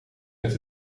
met